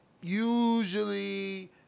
usually